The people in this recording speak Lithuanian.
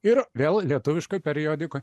ir vėl lietuviškoj periodikoj